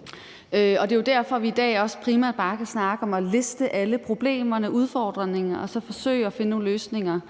på. Det er jo derfor, vi i dag også primært bare kan snakke om at opliste alle problemerne og udfordringerne og så forsøge at finde nogle løsninger.